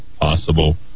possible